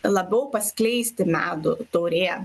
labiau paskleisti medų taurėje